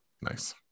Nice